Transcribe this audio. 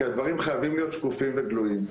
כי הדברים חייבים להיות שקופים וגלויים.